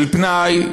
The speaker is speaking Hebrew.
של פנאי,